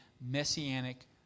messianic